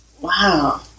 wow